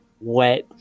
wet